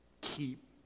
Keep